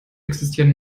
existieren